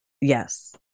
Yes